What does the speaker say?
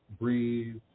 breathe